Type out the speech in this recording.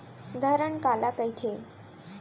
धरण काला कहिथे?